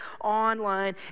online